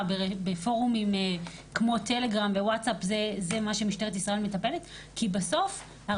בפורומים כמו ווטסאפ וטלגרם זה מה שמשטרת ישראל מטפלת כי בסוף,